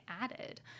added